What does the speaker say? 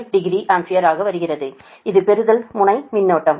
860 ampere ஆக வருகிறது இது பெறுதல் முனை மின்னோட்டம்